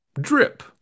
drip